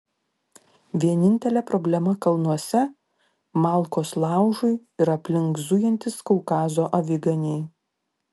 vienintelė problema kalnuose malkos laužui ir aplink zujantys kaukazo aviganiai